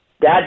dad